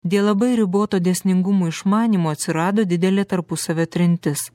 dėl labai riboto dėsningumų išmanymo atsirado didelė tarpusavio trintis